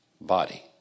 body